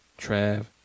Trav